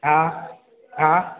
હા હા